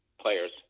players